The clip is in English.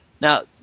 Now